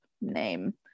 name